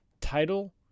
title